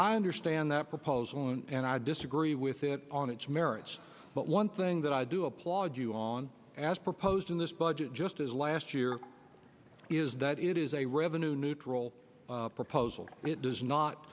i understand that proposal and i disagree with it on its merits but one thing that i do applaud you on as proposed in this budget just as last year is that it is a revenue neutral proposal it does not